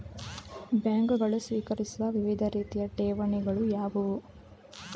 ಬ್ಯಾಂಕುಗಳು ಸ್ವೀಕರಿಸುವ ವಿವಿಧ ರೀತಿಯ ಠೇವಣಿಗಳು ಯಾವುವು?